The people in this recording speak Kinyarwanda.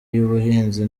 y’ubuhinzi